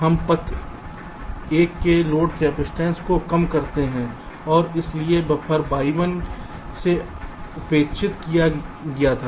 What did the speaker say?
हम पथ 1 के लोड कैपइसटेंस को कम करते हैं और इसलिए बफर y1 से उपेक्षित किया गया था